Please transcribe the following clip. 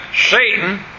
Satan